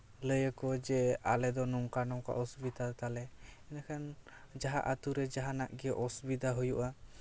ᱞᱟᱹᱭᱟ ᱠᱚ ᱡᱮ ᱟᱞᱮ ᱫᱚ ᱱᱚᱝᱠᱟ ᱱᱚᱝᱠᱟ ᱚᱥᱩᱵᱤᱫᱟ ᱛᱟᱞᱮ ᱮᱸᱰᱮᱠᱷᱟᱱ ᱡᱟᱦᱟᱸ ᱟᱛᱳ ᱨᱮ ᱡᱟᱦᱟᱱᱟᱜ ᱜᱮ ᱚᱥᱩᱵᱤᱫᱟ ᱦᱩᱭᱩᱜᱼᱟ